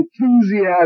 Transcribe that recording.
enthusiasm